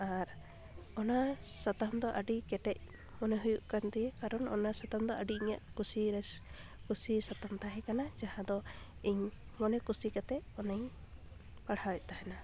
ᱟᱨ ᱚᱱᱟ ᱥᱟᱛᱟᱢ ᱫᱚ ᱟᱸᱰᱤ ᱠᱮᱴᱮᱡ ᱢᱚᱱᱮ ᱦᱩᱭᱩᱜ ᱠᱟᱱᱛᱤᱧᱟ ᱠᱟᱨᱚᱱ ᱚᱱᱟ ᱥᱟᱛᱟᱢ ᱫᱚ ᱟᱹᱰᱤ ᱤᱧᱟᱹᱜ ᱠᱩᱥᱤ ᱨᱟᱹᱥᱠᱟᱹ ᱠᱩᱥᱤ ᱥᱟᱛᱟᱢ ᱛᱟᱦᱮᱸ ᱠᱟᱱᱟ ᱡᱟᱦᱟᱸ ᱫᱚ ᱤᱧ ᱢᱚᱱᱮ ᱠᱩᱥᱤ ᱨᱟᱹᱥᱠᱟᱹ ᱠᱟᱛᱮ ᱚᱱᱟᱧ ᱯᱟᱲᱦᱟᱣᱮᱫ ᱛᱟᱦᱮᱱᱟ